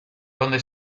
donde